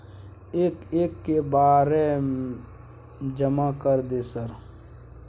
एक एक के बारे जमा कर दे सर?